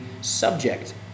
subject